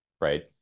right